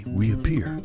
reappear